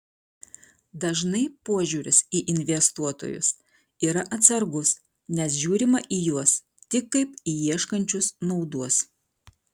dažnai požiūris į investuotojus yra atsargus nes žiūrima į juos tik kaip į ieškančius naudos